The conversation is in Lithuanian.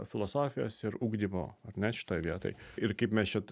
filosofijos ir ugdymo ar ne šitoj vietoj ir kaip mes čia